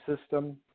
system